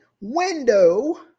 window